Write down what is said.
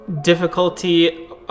difficulty